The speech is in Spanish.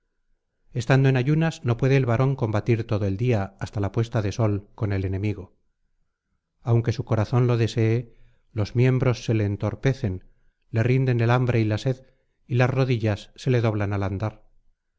estando en ayunas no puede el varón combatir todo el día hasta la puesta del sol con el enemigo aunque su corazón lo desee los miembros se le entorpecen le rinden el hambre y la sed y las rodillas se le doblan al andar